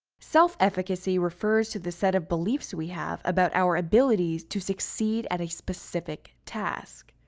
self-efficacy refers to the set of beliefs we have about our abilities to succeed at a specific task.